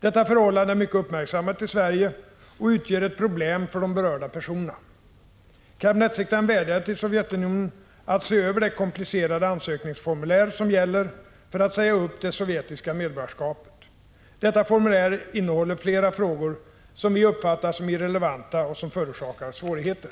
Detta förhållande är mycket uppmärksammat i Sverige och utgör ett problem för de berörda personerna. Kabinettssekrete 45 raren vädjade till Sovjetunionen att se över det komplicerade ansökningsformulär som gäller för att säga upp det sovjetiska medborgarskapet. Detta formulär innehåller flera frågor som vi uppfattar som irrelevanta och som förorsakar svårigheter.